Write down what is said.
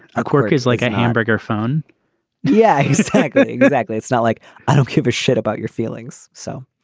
a quirk is like a hamburger phone yeah it's exactly exactly it's not like i don't give a shit about your feelings so